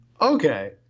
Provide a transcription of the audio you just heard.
Okay